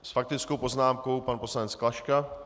S faktickou poznámkou pan poslanec Klaška.